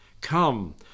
Come